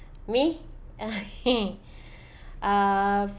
me uh